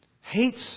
hates